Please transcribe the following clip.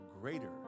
greater